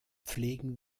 pflegen